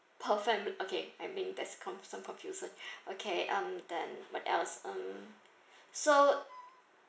per fami~ okay I mean there's com~ some confusion okay um then what else um so